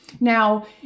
Now